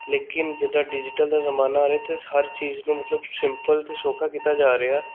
ਲੇਕਿਨ ਜਿੱਦਾਂ ਡਿਜੀਟਲ ਦਾ ਜਮਾਨਾ ਆ ਰਿਹਾ ਅਤੇ ਹਰ ਚੀਜ਼ ਨੂੰ ਮਤਲਬ ਸਿੰਪਲ ਅਤੇ ਸੌਖਾ ਕੀਤਾ ਜਾ ਰਿਹਾ